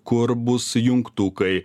kur bus jungtukai